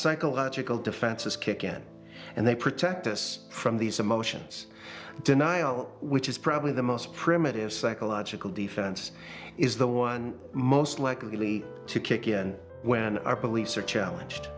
psychological defenses kick in and they protect us from these emotions denial which is probably the most primitive psychological defense is the one most likely to kick in when our beliefs are challenged